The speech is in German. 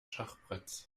schachbretts